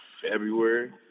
February